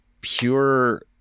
pure